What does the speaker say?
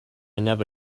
never